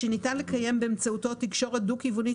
שניתן לקיים באמצעותו תקשורת דו-כיוונית